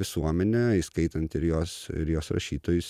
visuomenė įskaitant ir jos ir jos rašytojus